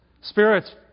Spirits